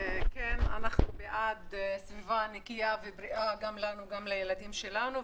אנחנו בעד סביבה נקייה ובריאה גם לנו וגם לילדים שלנו,